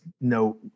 no